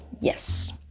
Yes